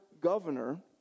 governor